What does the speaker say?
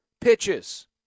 pitches